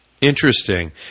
Interesting